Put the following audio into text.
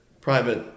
private